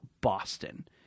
Boston